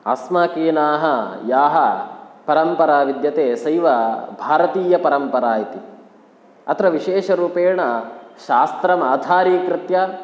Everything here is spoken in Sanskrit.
अस्माकीनाः याः परम्परा विद्यते सैव भारतीयपरम्परा इति अत्र विशेषरूपेण शास्त्रमाधारीकृत्य